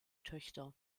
töchter